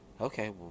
Okay